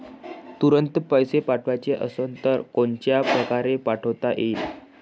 तुरंत पैसे पाठवाचे असन तर कोनच्या परकारे पाठोता येईन?